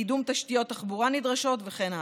קידום תשתיות תחבורה נדרשות וכן הלאה.